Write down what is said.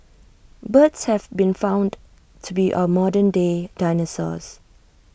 birds have been found to be our modern day dinosaurs